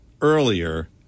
earlier